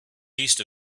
east